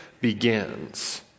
begins